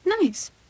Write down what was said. Nice